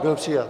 Byl přijat.